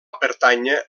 pertànyer